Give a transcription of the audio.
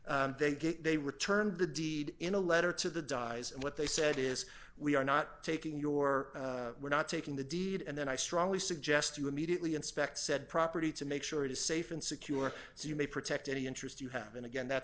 they get they returned the deed in a letter to the dyes and what they said is we are not taking your we're not taking the deed and then i strongly suggest you immediately inspect said property to make sure it is safe and secure so you may protect any interest you have in again that's